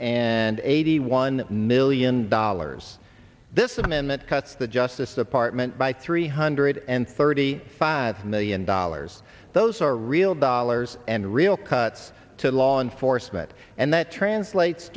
and eighty one million dollars this is a man that cuts the justice department by three hundred and thirty five million dollars those are real dollars and real cuts to law enforcement and that translates